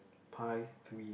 pie three